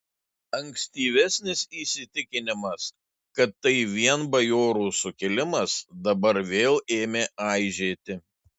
ankstyvesnis įsitikinimas kad tai vien bajorų sukilimas dabar vėl ėmė aižėti